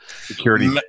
security